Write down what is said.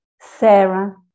Sarah